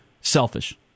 selfish